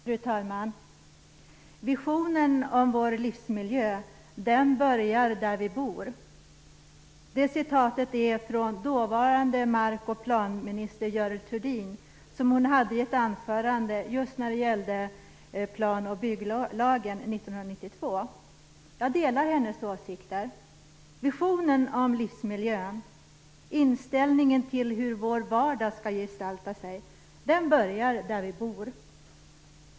Fru talman! "Visionen om vår livsmiljö börjar där vi bor!" Det citatet är hämtat från ett anförande som dåvarande mark och planminister Görel Thurdin höll just när det gällde plan och bygglagen 1992. Jag delar hennes åsikter. Visionen om livsmiljön, inställningen till hur vår vardag skall gestalta sig börjar där vi bor.